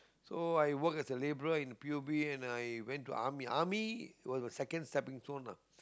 so I work as a labourer in p_u_b and I went to army army was the second stepping stone ah